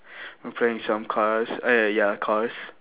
and playing with some cars eh ya cars